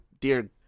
Dear